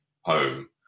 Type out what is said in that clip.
home